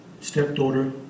stepdaughter